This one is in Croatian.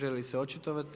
Želite li se očitovati?